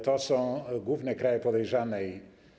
To są główne kraje podejrzane.